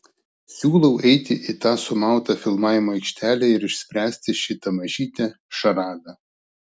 siūlau eiti į tą sumautą filmavimo aikštelę ir išspręsti šitą mažytę šaradą